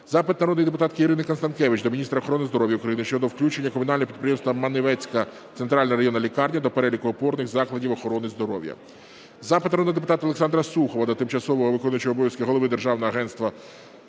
Запит народної депутатки Ірини Констанкевич до міністра охорони здоров'я України щодо включення Комунального підприємства "Маневицька центральна районна лікарня" до переліку опорних закладів охорони здоров'я. Запит народного депутата Олександра Сухова до тимчасово виконуючого обов'язки голови Державного агентства